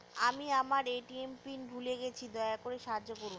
আমি আমার ATM PIN ভুলে গেছি, দয়া করে সাহায্য করুন